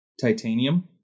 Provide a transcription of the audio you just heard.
titanium